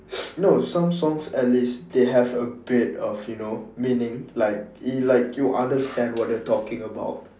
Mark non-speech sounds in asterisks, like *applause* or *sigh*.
*noise* no some songs at least they have a bit of you know meaning like it like you understand what they're talking about